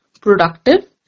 productive